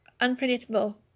unpredictable